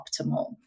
optimal